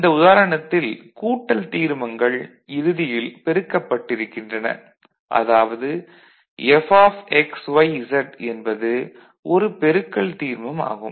இந்த உதாரணத்தில் கூட்டல் தீர்மங்கள் இறுதியில் பெருக்கப்பட்டிருக்கின்றன அதாவது Fxyz என்பது ஒரு பெருக்கல் தீர்மம் ஆகும்